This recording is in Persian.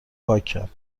پاکن